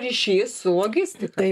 ryšys su logistika